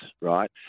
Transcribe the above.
right